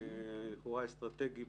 לכאורה אסטרטגי,